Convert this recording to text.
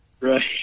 Right